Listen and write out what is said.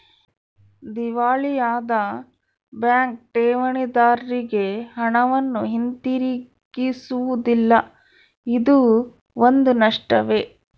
ದಿವಾಳಿಯಾದ ಬ್ಯಾಂಕ್ ಠೇವಣಿದಾರ್ರಿಗೆ ಹಣವನ್ನು ಹಿಂತಿರುಗಿಸುವುದಿಲ್ಲ ಇದೂ ಒಂದು ನಷ್ಟವೇ